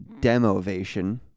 demovation